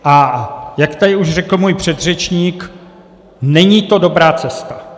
A jak tady už řekl můj předřečník, není to dobrá cesta.